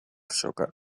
sugar